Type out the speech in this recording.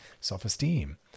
Self-esteem